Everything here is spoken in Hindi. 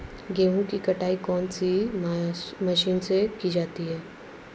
गेहूँ की कटाई कौनसी मशीन से की जाती है?